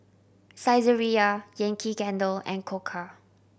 Saizeriya Yankee Candle and Koka